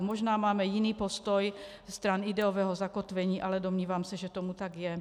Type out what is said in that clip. Možná máme jiný postoj stran ideového zakotvení, ale domnívám se, že tomu tak je.